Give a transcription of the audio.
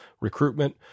recruitment